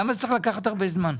למה צריך לקחת הרבה זמן?